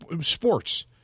sports